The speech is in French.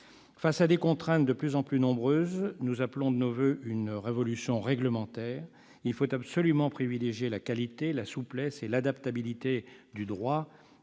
Face à des contraintes de plus en plus nombreuses, nous appelons de nos voeux une révolution réglementaire. Il faut absolument privilégier la qualité, la souplesse et l'adaptabilité du droit